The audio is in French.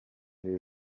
les